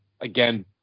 again